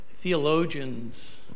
theologians